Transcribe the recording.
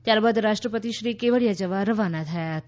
ત્યારબાદ રાષ્ટ્રપતિશ્રી કેવડિયા જવા રવાના થયા હતા